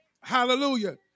Hallelujah